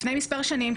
לפני מספר שנים,